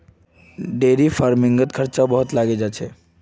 dairy फ़ार्मिंगत खर्चाओ बहुत लागे जा छेक